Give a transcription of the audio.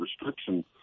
restriction